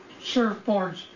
surfboards